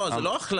לא, זו לא החלטה.